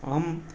अहं